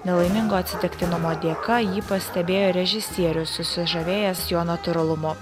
nelaimingo atsitiktinumo dėka jį pastebėjo režisierius susižavėjęs jo natūralumu